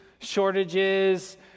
shortages